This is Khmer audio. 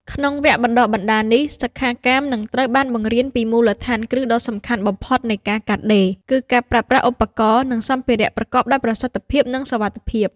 ក្នុងវគ្គបណ្តុះបណ្តាលនេះ សិក្ខាកាមនឹងត្រូវបានបង្រៀនពីមូលដ្ឋានគ្រឹះដ៏សំខាន់បំផុតនៃការកាត់ដេរ គឺការប្រើប្រាស់ឧបករណ៍ និងសម្ភារៈប្រកបដោយប្រសិទ្ធភាព និងសុវត្ថិភាព។